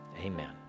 amen